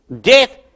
Death